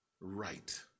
right